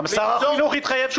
גם שר החינוך התחייב.